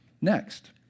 next